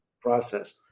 process